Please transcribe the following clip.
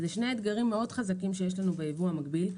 אלה שני אתגרים מאוד חזקים שיש לנו ביבוא המקביל.